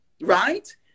right